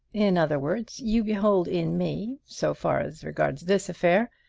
in other words, you behold in me, so far as regards this affair,